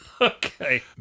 okay